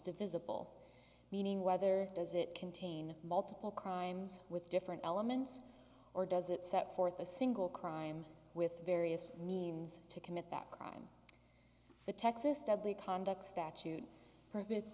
divisible meaning whether does it contain multiple crimes with different elements or does it set forth a single crime with various means to commit that crime the texas deadly conduct statute